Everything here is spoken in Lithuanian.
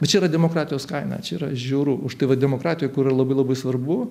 bet čia yra demokratijos kaina čia yra žiauru už tai va demokratijoj kur yra labai labai svarbu